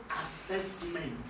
assessment